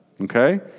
okay